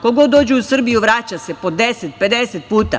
Ko god dođe u Srbiju vraća se po 10, 50 puta.